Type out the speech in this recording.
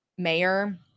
Mayor